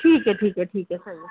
ٹھیک ہے ٹھیک ہے ٹھیک ہے صحیح ہے